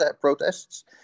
protests